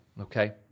okay